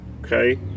Okay